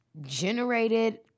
generated